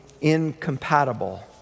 incompatible